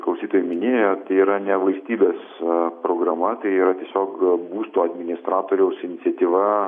klausytojai minėjo tai yra ne valstybės o programa tai yra tiesiog būsto administratoriaus iniciatyva